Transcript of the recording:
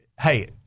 hey